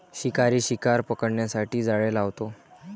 शिकारी शिकार पकडण्यासाठी जाळे लावतो